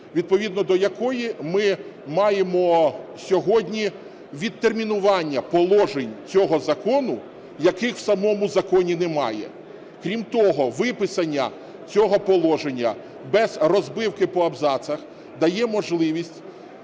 відповідно до якої ми маємо сьогодні відтермінування положень цього закону, яких в самому законі немає. Крім того, виписання цього положення без розбивки по абзацах дає можливість